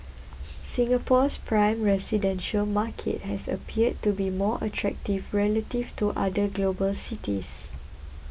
Singapore's prime residential market has appeared to be more attractive relative to other global cities